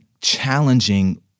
challenging